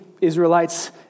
Israelites